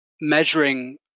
measuring